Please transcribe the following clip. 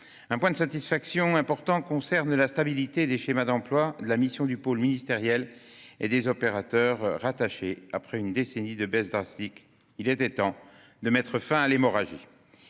Un point de satisfaction important concerne la stabilité des schémas d'emplois de la mission du pôle ministériel et des opérateurs rattachés ; après une décennie de baisse drastique, il était temps de mettre fin à l'hémorragie